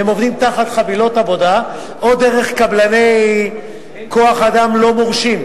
הם עובדים תחת חבילות עבודה או דרך קבלני כוח-אדם לא מורשים.